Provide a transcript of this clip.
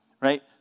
right